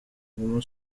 guma